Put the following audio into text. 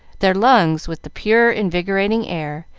their lungs with the pure, invigorating air,